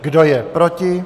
Kdo je proti?